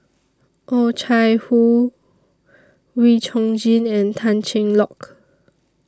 Oh Chai Hoo Wee Chong Jin and Tan Cheng Lock